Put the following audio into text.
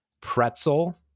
Pretzel